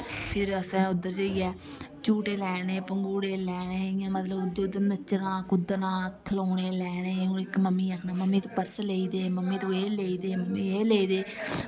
फिर असें उद्धर जाइयै झूह्टे लैने पंगूह्ड़े लैने इ'यां मतलब इद्धर उद्धर नच्चना कुद्दना खलौने लैने मम्मी गी आखना मम्मी तू पर्स लेई दे मम्मी तू एह् लेई दे मम्मी एह् लेई दे